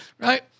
right